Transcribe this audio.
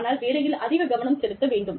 ஆனால் வேலையில் அதிக கவனம் செலுத்த வேண்டும்